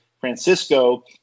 Francisco